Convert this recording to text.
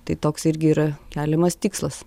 tai toks irgi yra keliamas tikslas